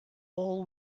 all